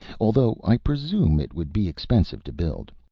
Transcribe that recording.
although i presume it would be expensive to build.